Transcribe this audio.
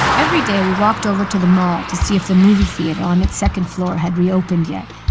every day, we walked over to the mall to see if the movie theater on its second floor had reopened yet.